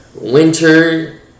Winter